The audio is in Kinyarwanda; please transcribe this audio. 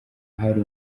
hari